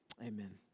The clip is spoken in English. Amen